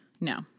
No